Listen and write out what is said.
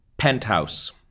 Penthouse